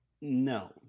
No